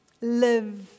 live